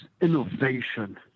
innovation